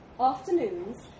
Afternoons